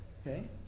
Okay